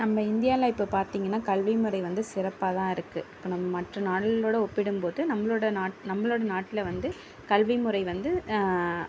நம்ம இந்தியாவில இப்போ பார்த்திங்கனா கல்வி முறை வந்து சிறப்பாக தான் இருக்கு இப்போ நம்ம மற்ற நாடுகளோட ஒப்பிடும்போது நம்மளோட நாட் நம்மளோட நாட்டில் வந்து கல்வி முறை வந்து